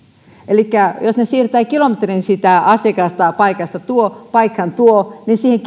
elikkä jos he siirtävät kilometrin sitä asiakasta paikasta tuo paikkaan tuo niin sitä